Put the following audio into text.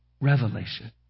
revelation